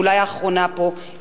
ואולי האחרונה פה,